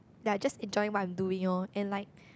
they're just enjoying what I'm doing orh and like